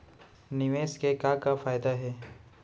निवेश के का का फयादा हे?